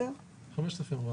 כ-5,000.